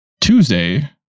Tuesday